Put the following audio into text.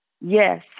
yes